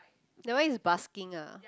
that one is busking ah